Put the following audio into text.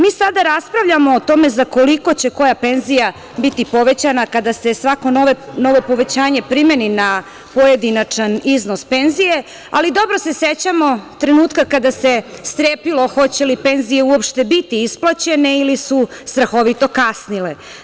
Mi sada raspravljamo o tome za koliko će koja penzija biti povećana kada se svako novo povećanje primeni na pojedinačan iznos penzije, ali dobro se sećamo trenutka kada se strepilo hoće li penzije uopšte biti isplaćene ili su strahovito kasnije.